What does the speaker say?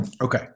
okay